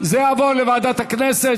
זה יועבר לוועדת הכנסת,